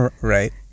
Right